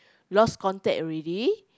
lost contact already